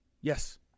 Yes